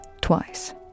twice